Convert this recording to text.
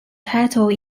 title